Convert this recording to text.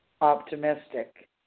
optimistic